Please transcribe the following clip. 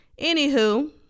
Anywho